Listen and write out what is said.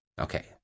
Okay